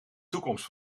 toekomst